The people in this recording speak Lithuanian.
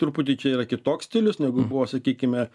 truputį čia yra kitoks stilius negu buvo sakykime